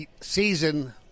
season